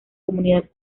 comunidad